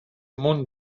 amunt